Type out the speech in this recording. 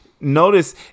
notice